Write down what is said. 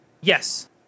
yes